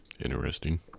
interesting